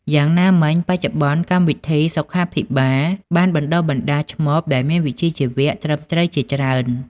យ៉ាងណាមិញ បច្ចុប្បន្នកម្មវិធីសុខាភិបាលបានបណ្តុះបណ្ដាលឆ្មបដែលមានវិជ្ជាជីវៈត្រឹមត្រូវជាច្រើន។